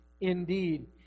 indeed